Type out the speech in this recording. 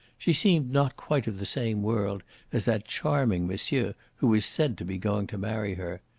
she seemed not quite of the same world as that charming monsieur who was said to be going to marry her.